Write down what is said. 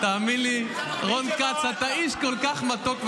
תאמין לי, רון כץ, אתה איש כל כך מתוק וחביב,